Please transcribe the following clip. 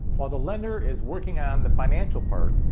while the lender is working on the financial part,